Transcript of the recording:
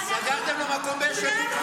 סגרתם לה מקום ביש עתיד?